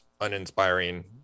uninspiring